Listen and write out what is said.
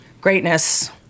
greatness